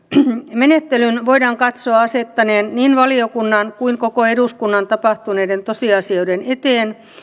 menettelyn voidaan katsoa asettaneen niin valiokunnan kuin koko eduskunnan tapahtuneiden tosiasioiden eteen